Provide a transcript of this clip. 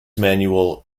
manual